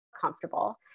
comfortable